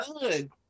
good